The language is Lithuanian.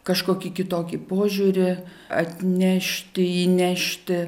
kažkokį kitokį požiūrį atnešti jį nešti